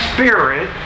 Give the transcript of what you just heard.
Spirit